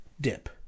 dip